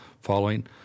following